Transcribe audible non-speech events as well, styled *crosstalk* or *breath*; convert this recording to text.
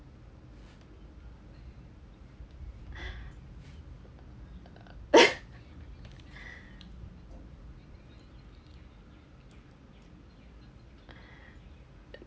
*breath* err *laughs* *breath*